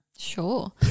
Sure